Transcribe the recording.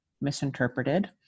misinterpreted